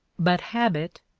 but habit,